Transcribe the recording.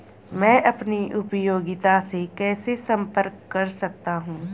मैं अपनी उपयोगिता से कैसे संपर्क कर सकता हूँ?